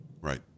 Right